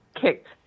kicked